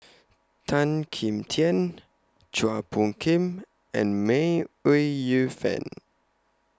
Tan Kim Tian Chua Phung Kim and May Ooi Yu Fen